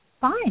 fine